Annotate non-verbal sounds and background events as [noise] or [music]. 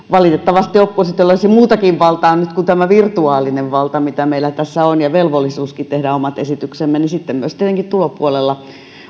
[unintelligible] valitettavasti olisi muutakin valtaa nyt kuin tämä virtuaalinen valta mitä meillä tässä on ja velvollisuuskin tehdä omat esityksemme niin sitten myös tietenkin tulopuolella